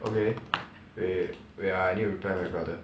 okay wait wait wait ah I need to reply my father